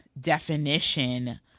definition